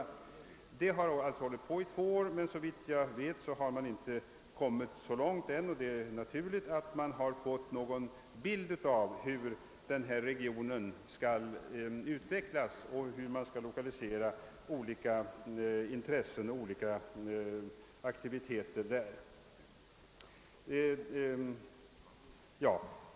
Arbetet inom detta kommunalförbund har nu pågått i två år, men såvitt jag vet har man ännu inte kommit så långt — och det är naturligt — att man fått någon bild av hur denna region skall utvecklas och hur man skall lokalisera olika aktiviteter och tillgodose olika intressen.